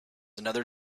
another